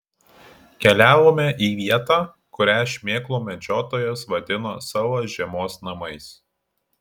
keliavome į vietą kurią šmėklų medžiotojas vadino savo žiemos namais